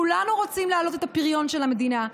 כולנו רוצים להעלות את הפריון של המדינה,